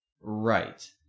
right